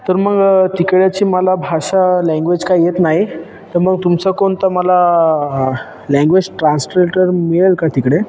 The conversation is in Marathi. तर मग तिकडची मला भाषा लँग्वेज काही येत नाही तर मग तुमचं कोणतं मला लँग्वेज ट्रान्सरेटर मिळेल का तिकडे